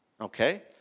Okay